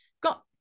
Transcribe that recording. got